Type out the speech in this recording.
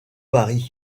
varie